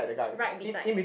right beside